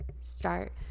start